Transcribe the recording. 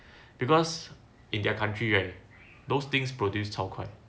because in their country right those things produce 超快